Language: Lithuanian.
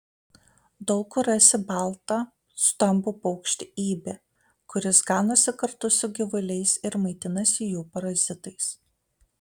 daug kur rasi baltą stambų paukštį ibį kuris ganosi kartu su gyvuliais ir maitinasi jų parazitais